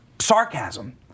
sarcasm